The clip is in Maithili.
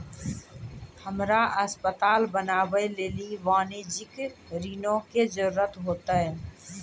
हमरा अस्पताल बनाबै लेली वाणिज्यिक ऋणो के जरूरत होतै